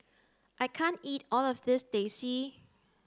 I can't eat all of this teh c